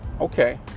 okay